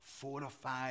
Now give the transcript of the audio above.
fortified